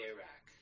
Iraq